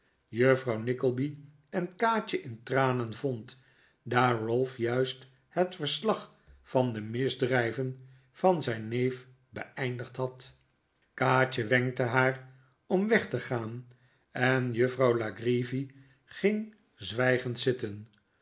juffrouw nickleby en kaatje in tranen vond daar ralph juist het verslag van de misdrijven van zijn neef beeindigd had kaatje wenkte haar om weg te gaan en juffrouw la creevy ging zwijgend zitten